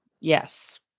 Yes